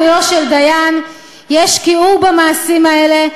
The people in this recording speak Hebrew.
שאמרה בסוגיית מינויו של דיין שיש כיעור במעשים האלה,